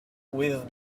with